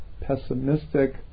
pessimistic